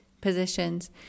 positions